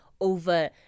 over